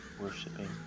worshipping